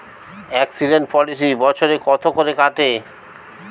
Accident policy বছরে কত করে কাটে?